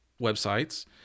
websites